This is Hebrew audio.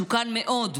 מסוכן מאוד,